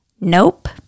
Nope